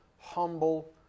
humble